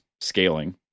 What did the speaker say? scaling